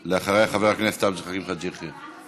אחריה, חבר הכנסת עבד אל חכים חאג' יחיא.